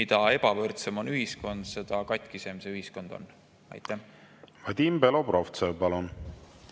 Mida ebavõrdsem on ühiskond, seda katkisem see ühiskond on. Aitäh! Taas kord – ma olen